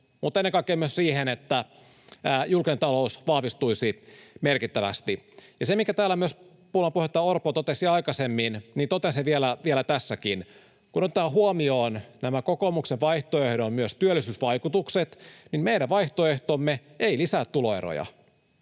myös ennen kaikkea siihen, että julkinen talous vahvistuisi merkittävästi. Sen, minkä täällä myös puolueen puheenjohtaja Orpo totesi aikaisemmin, totean vielä tässäkin. Kun otetaan huomioon myös tämän kokoomuksen vaihtoehdon työllisyysvaikutukset, niin meidän vaihtoehtomme ei lisää tuloeroja